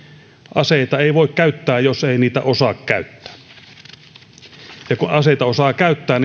aseita ei voi käyttää jos ei niitä osaa käyttää ja kun aseita osaa käyttää